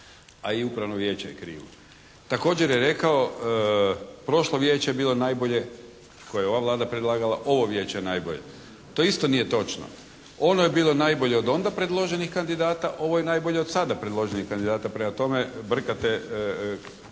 a i Upravno vijeće je krivo. Također je rekao: «Prošlo Vijeće je bilo najbolje koje je ova Vlada predlagala, ovo Vijeće je najbolje.» To isto nije točno. Ono je bilo najbolje od onda predloženih kandidata. Ovo je najbolje od sada predloženih kandidata. Prema tome brkate